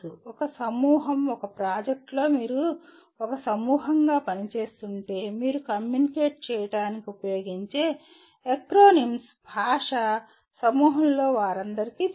ఒక సమూహం ఒక ప్రాజెక్ట్లో మీరు ఒక సమూహంగా పనిచేస్తుంటే మీరు కమ్యూనికేట్ చేయడానికి ఉపయోగించే ఎక్రోనింస్ భాష సమూహంలోని వారందరికీ తెలుసు